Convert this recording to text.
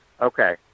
Okay